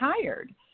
tired